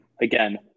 again